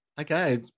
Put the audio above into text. okay